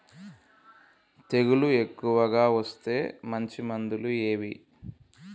తెగులు ఎక్కువగా వస్తే మంచి మందులు ఏవి?